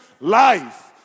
life